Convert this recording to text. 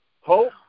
hope